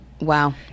Wow